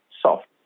soft